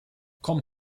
komm